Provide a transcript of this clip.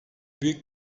büyük